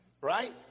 Right